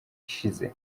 ishize